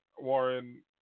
Warren